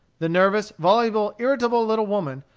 the nervous, voluble, irritable little woman,